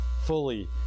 fully